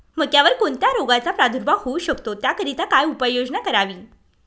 मक्यावर कोणत्या रोगाचा प्रादुर्भाव होऊ शकतो? त्याकरिता काय उपाययोजना करावी?